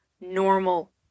normal